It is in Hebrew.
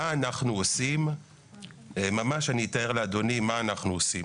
אני אתאר לאדוני מה אנחנו עושים.